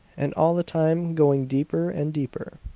and all the time going deeper and deeper.